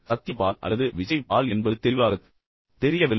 சத்ய பால் அல்லது விஜய் பால் என்பது தெளிவாகத் தெரியவில்லை